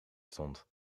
stond